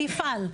אני אפעל.